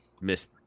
miss